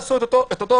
תעשו את אותו סטנדרט,